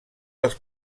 dels